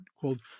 called